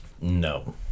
No